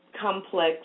complex